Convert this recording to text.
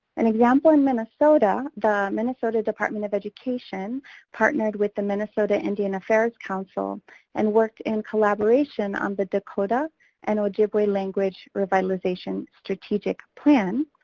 an example in minnesota, the minnesota department of education partnered with the minnesota indian affairs council and worked in collaboration on the dakota and ojibwe language revitalization strategic plan.